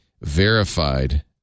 verified